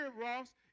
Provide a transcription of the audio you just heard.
Ross